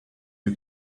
you